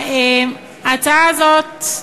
ההצעה הזאת,